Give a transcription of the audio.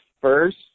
first